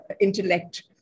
intellect